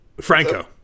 Franco